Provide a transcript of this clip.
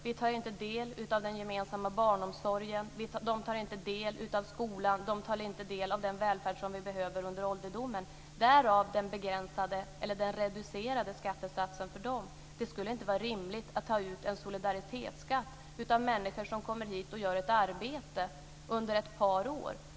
De tar inte del av den gemensamma barnomsorgen. De tar inte del av skolan. De tar inte del av den välfärd som vi behöver under ålderdomen. Därav den reducerade skattesatsen för dem. Det skulle inte vara rimligt att ta ut en solidaritetsskatt av människor som kommer hit och gör ett arbete under ett par år.